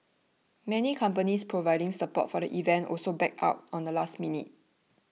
many companies providing support for the event also backed out on the last minute